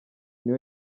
niyo